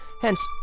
Hence